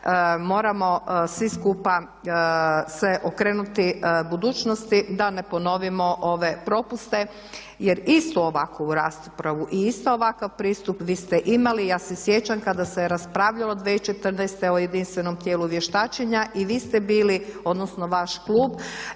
Moramo svi skupa se okrenuti budućnosti da ne ponovimo ove propuste, jer istu ovakvu raspravu i isti ovakav pristup vi ste imali. I ja se sjećam kada se raspravljalo 2014. o jedinstvenom tijelu vještačenja i vi ste bili, odnosno vaš klub